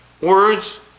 words